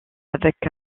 avec